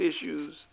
issues